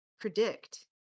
predict